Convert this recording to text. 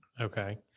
Okay